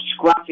scruffy